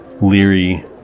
leery